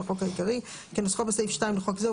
לחוק העיקרי כנוסחו בסעיף 2 לחוק זה,